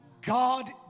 God